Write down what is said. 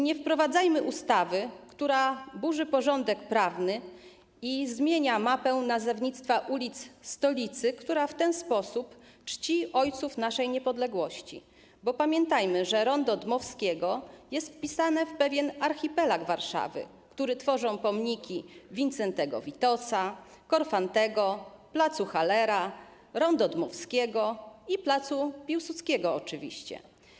Nie wprowadzajmy ustawy, która burzy porządek prawny i zmienia mapę nazewnictwa ulic stolicy, która w ten sposób czci ojców naszej niepodległości, bo pamiętajmy, że rondo Dmowskiego jest wpisane w pewien archipelag Warszawy, który tworzą pomniki Wincentego Witosa, Korfantego, pl. Hallera, rondo Dmowskiego i pl. Piłsudskiego oczywiście.